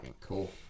cool